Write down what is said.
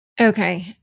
Okay